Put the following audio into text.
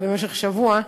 במשך שבוע,